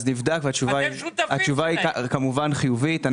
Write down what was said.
אז נבדק והתשובה היא כמובן חיובית.